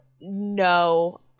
No